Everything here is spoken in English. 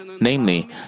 Namely